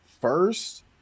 first